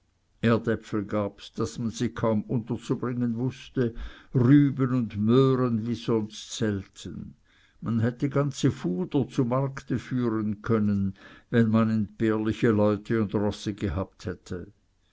erdäpfel gabs daß man sie kaum unterzubringen wußte rüben und möhren wie sonst selten man hätte ganze fuder zu markte führen können wenn man entbehrliche leute und rosse gehabt hätte